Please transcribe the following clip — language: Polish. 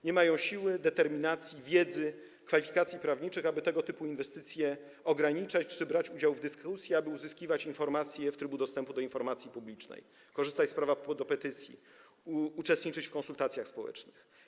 Nie mają siły, determinacji, wiedzy, kwalifikacji prawniczych, aby tego typu inwestycje ograniczać czy brać udział w dyskusji, aby uzyskiwać informacje w trybie dostępu do informacji publicznej, korzystać z prawa do petycji, uczestniczyć w konsultacjach społecznych.